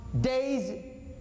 days